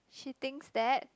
she thinks that